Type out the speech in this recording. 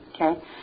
Okay